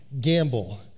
gamble